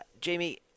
jamie